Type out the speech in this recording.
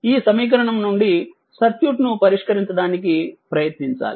ఈ సమీకరణం నుండి ఈ సర్క్యూట్ పరిష్కరించడానికి ప్రయత్నించాలి